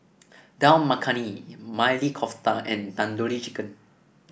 Dal Makhani Maili Kofta and Tandoori Chicken